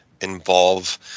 involve